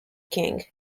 king